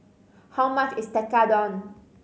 how much is Tekkadon